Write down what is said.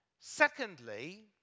Secondly